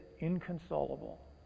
inconsolable